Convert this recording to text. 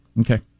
Okay